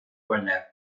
gwener